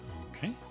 Okay